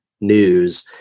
news